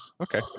Okay